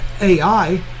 AI